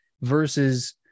versus –